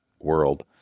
world